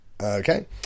okay